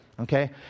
Okay